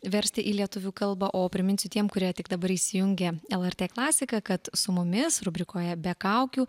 versti į lietuvių kalbą o priminsiu tiem kurie tik dabar įsijungė lrt klasiką kad su mumis rubrikoje be kaukių